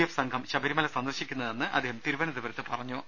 F സംഘം ശബരിമല സന്ദർശിക്കുന്നതെന്ന് അദ്ദേഹം തിരുവനന്ത പുരത്ത് പറഞ്ഞു